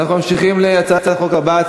אנחנו ממשיכים להצעת החוק הבאה,